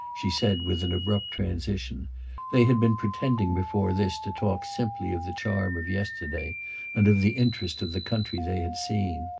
she said with an abrupt transition they had been pretending before this to talk simply of the charm of yesterday and of the interest of the country they had seen.